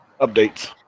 updates